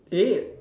eight